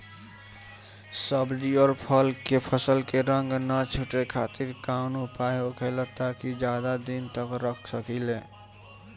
सब्जी और फल के फसल के रंग न छुटे खातिर काउन उपाय होखेला ताकि ज्यादा दिन तक रख सकिले?